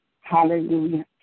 Hallelujah